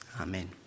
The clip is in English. Amen